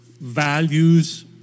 Values